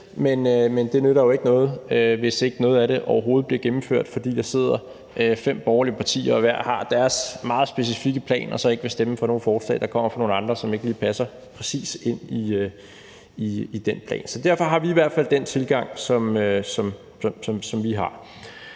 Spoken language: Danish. Men det nytter jo ikke noget, hvis noget af det overhovedet ikke bliver gennemført, fordi der sidder fem borgerlige partier, som hver har deres meget specifikke plan, og som så ikke vil stemme for nogen forslag, der kommer fra nogle andre, og som ikke lige passer præcis ind i den plan. Så derfor har vi i hvert fald den tilgang, som vi har.